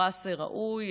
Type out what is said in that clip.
פרס ראוי,